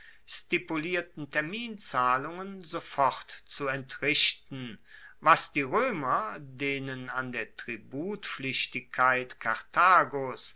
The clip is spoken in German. stipulierten terminzahlungen sofort zu entrichten was die roemer denen an der tributpflichtigkeit karthagos